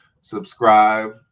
subscribe